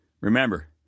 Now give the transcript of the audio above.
Remember